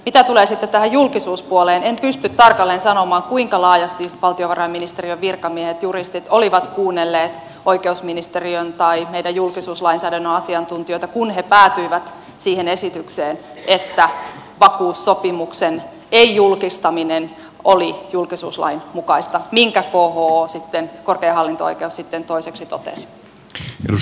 mitä tulee sitten tähän julkisuuspuoleen en pysty tarkalleen sanomaan kuinka laajasti valtiovarainministeriön virkamiehet juristit olivat kuunnelleet oikeusministeriön tai meidän julkisuuslainsäädännön asiantuntijoita kun he päätyivät siihen esitykseen että vakuussopimuksen ei julkistaminen oli julkisuuslain mukaista minkä kho korkein hallinto oikeus sitten toiseksi totesi